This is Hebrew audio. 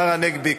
השר הנגבי,